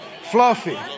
Fluffy